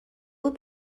بود